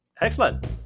Excellent